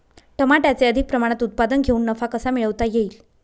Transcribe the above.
टमाट्याचे अधिक प्रमाणात उत्पादन घेऊन नफा कसा मिळवता येईल?